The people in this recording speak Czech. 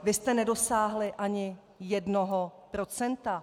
Vy jste nedosáhli ani jednoho procenta.